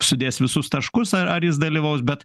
sudės visus taškus ar jis dalyvaus bet